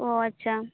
ᱚᱻ ᱟᱪᱷᱟ